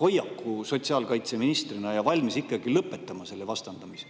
hoiaku sotsiaalkaitseministrina ja valmis ikkagi lõpetama selle vastandamise.